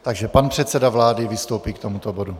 Takže pan předseda vlády vystoupí k tomuto bodu.